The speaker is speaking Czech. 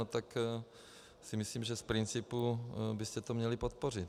Tak myslím, že z principu byste to měli podpořit.